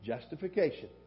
justification